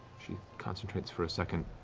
she concentrates for a second.